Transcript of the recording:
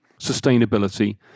sustainability